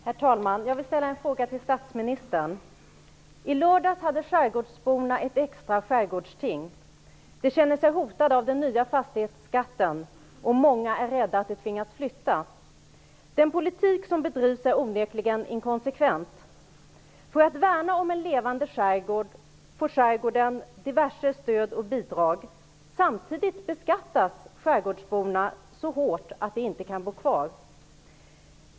Herr talman! Jag vill ställa en fråga till statsministern. I lördags höll skärgårdsborna ett extra skärgårdsting. De känner sig hotade av den nya fastighetsskatten, och många är rädda att de tvingas flytta. Den politik som bedrivs är onekligen inkonsekvent. För att man skall värna om en levande skärgård får skärgården diverse stöd och bidrag. Samtidigt beskattas skärgårdsborna så hårt att de inte kan bo kvar.